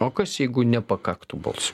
o kas jeigu nepakaktų balsų